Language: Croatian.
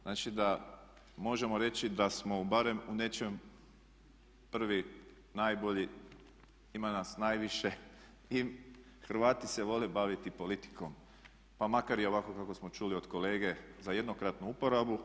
Znači da možemo reći da smo barem u nečem prvi najbolji, ima nas najviše i Hrvati se vole baviti politikom, pa makar i ovako kako smo čuli od kolege za jednokratnu uporabu.